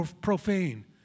profane